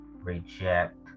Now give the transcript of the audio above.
reject